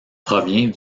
provient